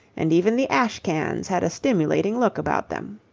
and even the ash-cans had a stimulating look about them.